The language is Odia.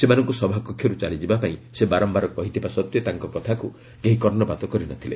ସେମାନଙ୍କ ସଭାକକ୍ଷର୍ତ ଚାଲିଯିବା ପାଇଁ ସେ ବାରମ୍ଭାର କହିଥିବା ସତ୍ତ୍ୱେ ତାଙ୍କ କଥାକୃ କେହି କର୍ଷପାତ କରିନଥିଲେ